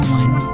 one